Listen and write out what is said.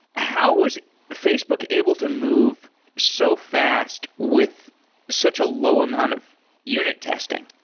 how was facebook able to move so fast with such a low amount of unit testing?